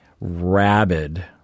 rabid